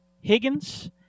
Higgins